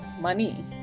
money